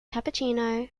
cappuccino